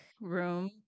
room